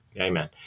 Amen